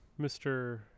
Mr